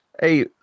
Hey